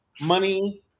money